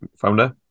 Founder